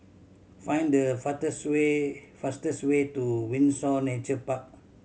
find the faster way fastest way to Windsor Nature Park